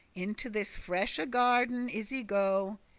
into this freshe garden is y-go,